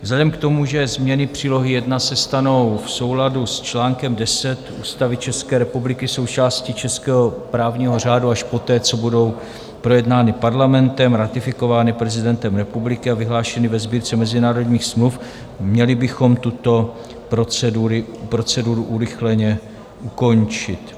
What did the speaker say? Vzhledem k tomu, že změny Přílohy I se stanou v souladu s čl. 10 Ústavy České republiky součástí českého právního řádu až poté, co budou projednány Parlamentem, ratifikovány prezidentem republiky a vyhlášeny ve sbírce mezinárodních smluv, měli bychom tuto proceduru urychleně ukončit.